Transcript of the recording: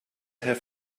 have